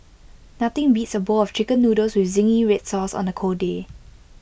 nothing beats A bowl of Chicken Noodles with Zingy Red Sauce on A cold day